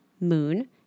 moon